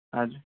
అది